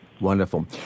Wonderful